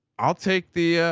i'll take the.